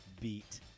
beat